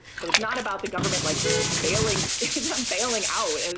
so it's not about the government like bailing, bailing out. and